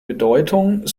bedeutung